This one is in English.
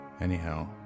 Anyhow